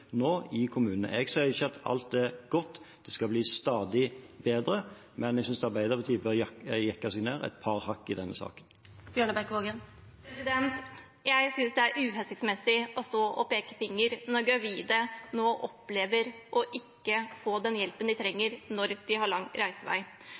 i kommunene nå. Jeg sier ikke at alt er godt, det skal bli stadig bedre, men jeg synes Arbeiderpartiet bør jekke seg ned et par hakk i denne saken. Elise Bjørnebekk-Waagen – til oppfølgingsspørsmål. Jeg synes det er uhensiktsmessig å stå og peke finger når gravide nå opplever ikke å få den hjelpen de